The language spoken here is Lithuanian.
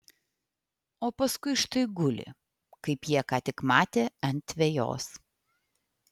o paskui štai guli kaip jie ką tik matė ant vejos